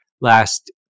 last